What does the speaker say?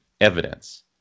evidence